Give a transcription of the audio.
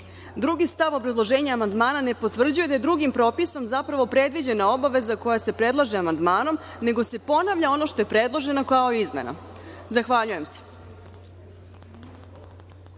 Drugi stav obrazloženja amandmana ne potvrđuje da je drugim propisom, zapravo predviđena obaveza koja se predlaže amandmanom, nego se ponavlja ono što je predloženo kao i izmena. Zahvaljujem se.